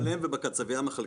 קונים עוף שלם ובקצביה מחלקים.